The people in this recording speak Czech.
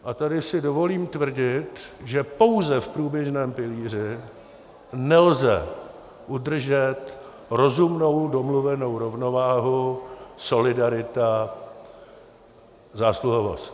A tady si dovolím tvrdit, že pouze v průběžném pilíři nelze udržet rozumnou domluvenou rovnováhu: solidarita zásluhovost.